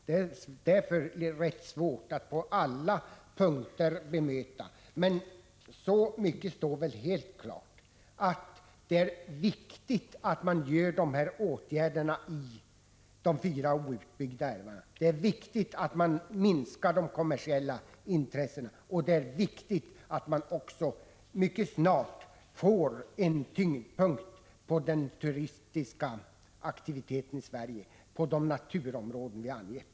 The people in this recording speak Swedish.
Därför är det rätt svårt att bemöta honom på alla punkter. Men så mycket står ändå klart, att det är viktigt att vidta dessa åtgärder beträffande de fyra outbyggda älvarna, att minska de kommersiella intressena och att också mycket snart förlägga tyngdpunkten i turistaktiviteten i Sverige till de naturområden som vi har angett.